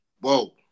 Whoa